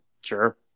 Sure